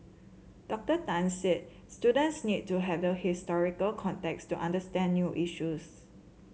Doctor Tan said students need to have the historical context to understand new issues